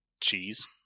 Cheese